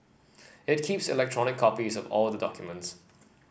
it keeps electronic copies of all the documents